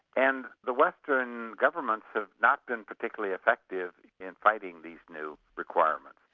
and the western governments have not been particularly effective in fighting these new requirements.